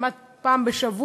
כמעט פעם בשבוע,